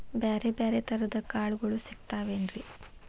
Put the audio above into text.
ಬ್ಯಾರೆ ಬ್ಯಾರೆ ತರದ್ ಕಾಳಗೊಳು ಸಿಗತಾವೇನ್ರಿ?